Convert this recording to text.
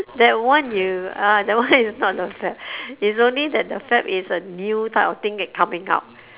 that one you ah that one is not a fad it's only that the fad is a new type of thing that coming out